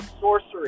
sorcery